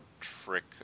trick